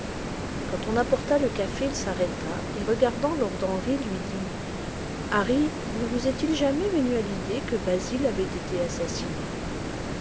quand on apporta le café il s'arrêta et regardant lord henry lui dit harry ne vous est-il jamais venu à l'idée que basil avait été assassiné